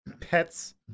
pets